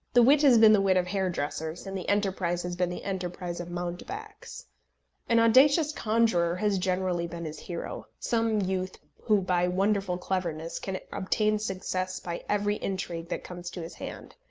the wit has been the wit of hairdressers, and the enterprise has been the enterprise of mountebanks. an audacious conjurer has generally been his hero some youth who, by wonderful cleverness, can obtain success by every intrigue that comes to his hand.